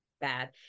bad